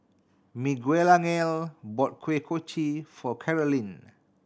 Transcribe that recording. Miguelangel bought Kuih Kochi for Carolynn